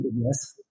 Yes